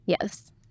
Yes